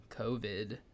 covid